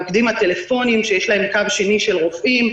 המוקדים הטלפוניים, שיש להם קו שני של רופאים,